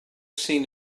seen